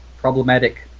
problematic